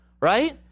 Right